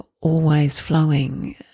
always-flowing